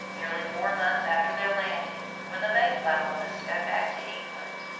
nearly four months after their landing, when the mayflower must go back to england.